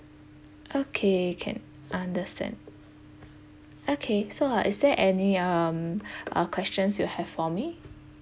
okay can understand okay so uh is there any um uh questions you have for me